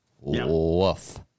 Woof